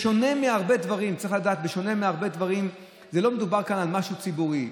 בשונה מהרבה דברים לא מדובר כאן על משהו ציבורי,